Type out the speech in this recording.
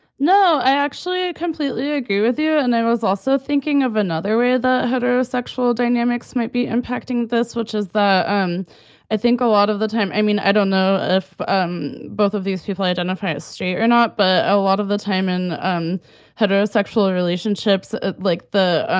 no, i actually i completely agree with you. and i was also thinking of another way of the heterosexual dynamics might be impacting this, which is, um i think a lot of the time. i mean, i don't know if um both of these people identify as straight or not, but a lot of the time in um heterosexual ah relationships ah like the.